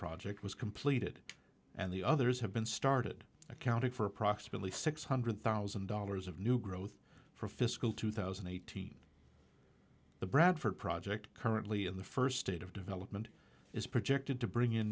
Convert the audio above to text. project was completed and the others have been started accounting for approximately six hundred thousand dollars of new growth for fiscal two thousand and eighteen the bradford project currently in the first state of development is projected to bring in